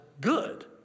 good